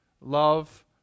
love